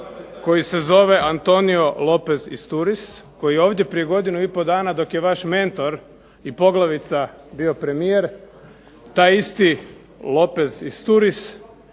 koji se zove Antonio Lopez-Izturis koji je ovdje prije godinu i pol dana dok je vaš mentor i poglavica bio premijer taj isti Lopez- Izturis